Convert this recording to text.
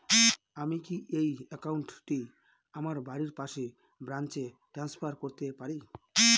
আমি কি এই একাউন্ট টি আমার বাড়ির পাশের ব্রাঞ্চে ট্রান্সফার করতে পারি?